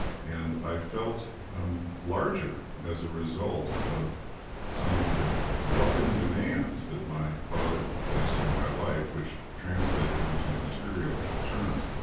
and i felt larger as a result of some of the loving demands that my father placed on my life which translated into material terms